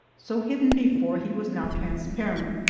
so hidden before, he was now transparent,